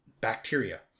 bacteria